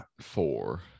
four